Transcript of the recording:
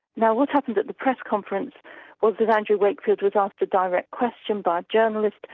now what happened at the press conference was that andrew wakefield was asked a direct question by a journalist,